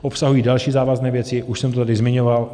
Obsahují další závazné věci, už jsem to tady zmiňoval.